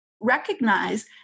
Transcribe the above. recognize